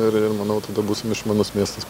ir ir manau tada būsim išmanus miestas